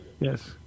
Yes